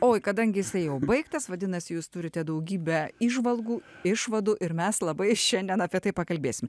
oi kadangi jisai jau baigtas vadinasi jūs turite daugybę įžvalgų išvadų ir mes labai šiandien apie tai pakalbėsim